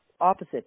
opposite